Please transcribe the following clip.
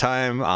Time